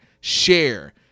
share